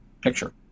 picture